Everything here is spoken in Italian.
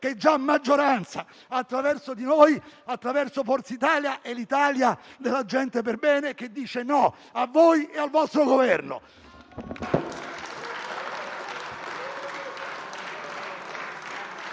che è già maggioranza, attraverso di noi, attraverso Forza Italia. È l'Italia della gente perbene, che dice no a voi e al vostro Governo.